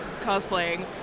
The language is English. cosplaying